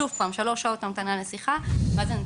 ושוב שלוש שעות המתנתי לשיחה,